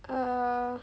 err